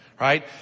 right